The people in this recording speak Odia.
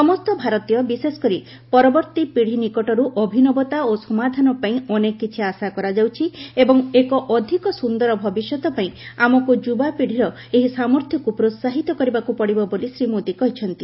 ସମସ୍ତ ଭାରତୀୟ ବିଶେଷକରି ପରବର୍ତ୍ତୀ ପିଢ଼ୀନିକଟରୁ ଅଭିନବତା ଓ ସମାଧାନ ପାଇଁ ଅନେକ କିଛି ଆଶା କରାଯାଉଛି ଏବଂ ଏକ ଅଧିକ ସ୍ୱନ୍ଦର ଭବିଷ୍ୟତ ପାଇଁ ଆମକୁ ଯୁବାପିଡ଼ୀର ଏହି ସାମର୍ଥ୍ୟକୁ ପ୍ରୋସାହିତ କରିବାକୁ ପଡିବ ବୋଲି ଶ୍ୱୀ ମୋଦି କହିଛନ୍ତି